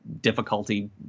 difficulty